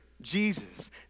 Jesus